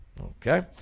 Okay